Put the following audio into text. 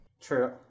True